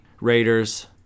Raiders